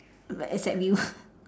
but except you